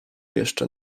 jeszcze